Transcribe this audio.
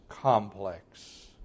complex